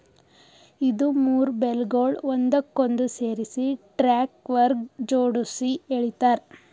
ಇದು ಮೂರು ಬೇಲ್ಗೊಳ್ ಒಂದಕ್ಕೊಂದು ಸೇರಿಸಿ ಟ್ರ್ಯಾಕ್ಟರ್ಗ ಜೋಡುಸಿ ಎಳಿತಾರ್